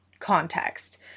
context